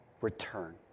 return